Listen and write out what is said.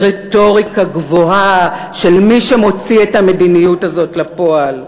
ברטוריקה גבוהה של מי שמוציא את המדיניות הזאת לפועל.